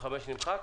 34ג אושר.